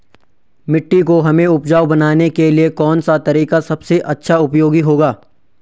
मिट्टी को हमें उपजाऊ बनाने के लिए कौन सा तरीका सबसे अच्छा उपयोगी होगा?